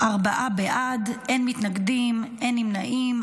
ארבעה בעד, אין מתנגדים, אין נמנעים.